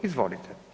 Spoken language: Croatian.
Izvolite.